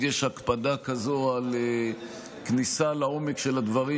יש הקפדה כזאת על כניסה לעומק של הדברים,